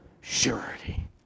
surety